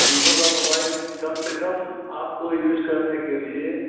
Vivo का mobile कम से कम आपको यूज़ करने के लिए